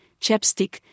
chapstick